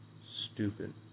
Stupid